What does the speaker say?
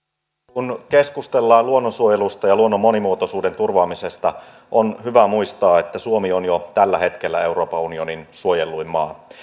kun keskustellaan luonnonsuojelusta ja luonnon monimuotoisuuden turvaamisesta on hyvä muistaa että suomi on jo tällä hetkellä euroopan unionin suojelluin maa